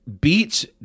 beats